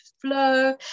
flow